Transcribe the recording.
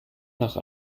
nach